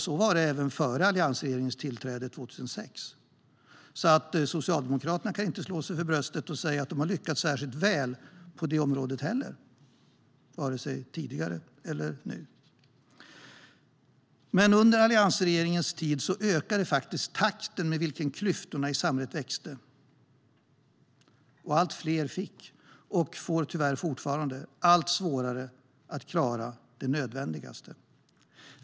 Så var det även före alliansregeringens tillträde 2006, så Socialdemokraterna kan inte heller slå sig för bröstet och säga att de har lyckats väl på det området, vare sig tidigare eller nu. Men under alliansregeringens tid ökade takten med vilken klyftorna i samhället växte. Allt fler fick och får tyvärr fortfarande allt svårare att klara det nödvändigaste.